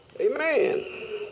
Amen